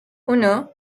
uno